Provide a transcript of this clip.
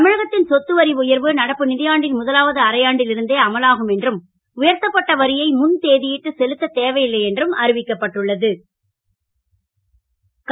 தமிழகத் ன் சொத்து வரி உயர்வு நடப்பு யாண்டின் முதலாவது அரையாண்டில் இருந்தே அமலாகும் என்றும் உயர்த்தப்பட்ட வரியை முன் தே ட்டு செலுத்தத் தேவை ல்லை என்றும் அறிவிக்கப்பட்டு உள்ள து